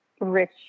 rich